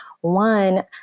one